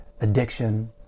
addiction